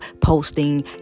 posting